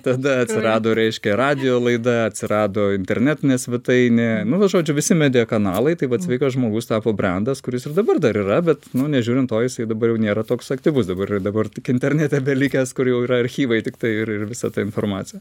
tada atsirado reiškia radijo laida atsirado internetinė svetainė nu va žodžiu visi media kanalai taip pat sveikas žmogus tapo brendas kuris ir dabar dar yra bet nežiūrint to jisai dabar jau nėra toks aktyvus dabar dabar tik internete belikęs kur jau yra archyvai tiktai ir ir visa ta informacija